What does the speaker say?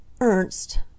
Ernst